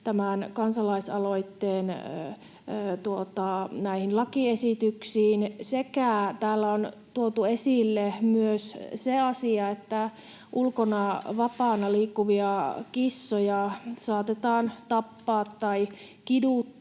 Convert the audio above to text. tämän kansalaisaloitteen lakiesityksiin? Täällä on tuotu esille myös se asia, että ulkona vapaana liikkuvia kissoja saatetaan tappaa tai kiduttaa,